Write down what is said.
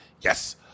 Yes